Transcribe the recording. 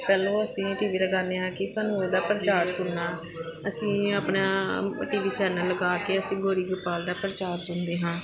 ਪਹਿਲਾਂ ਅਸੀਂ T V ਲਗਾਉਂਦੇ ਹਾਂ ਕਿ ਸਾਨੂੰ ਉਹਦਾ ਪ੍ਰਚਾਰ ਸੁਣਨਾ ਅਸੀਂ ਆਪਣਾ ਟੀ ਵੀ ਚੈਨਲ ਲਗਾ ਕੇ ਅਸੀਂ ਗੋਰੀ ਗੋਪਾਲ ਦਾ ਪ੍ਰਚਾਰ ਸੁਣਦੇ ਹਾਂ